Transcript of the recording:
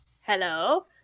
Hello